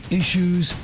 issues